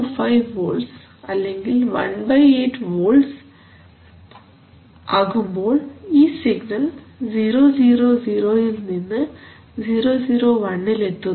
125 volts അല്ലെങ്കിൽ 18 volts ആകുമ്പോൾ ഈ സിഗ്നൽ 000 ഇൽ നിന്ന് 001 ഇൽ എത്തുന്നു